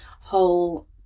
whole